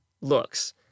looks